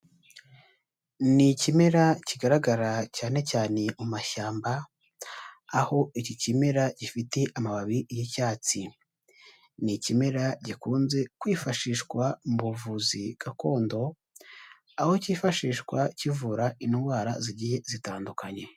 Ni ikimera kigaragara cyane cyane mu mashyamba aho iki kimera gifite amababi y'icyatsi, ni ikimera gikunze kwifashishwa mu buvuzi gakondo, aho cyifashishwa kivura indwara zigiye zitandukanye.